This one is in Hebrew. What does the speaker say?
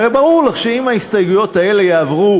הרי ברור לך שאם ההסתייגויות האלה יעברו,